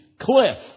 cliff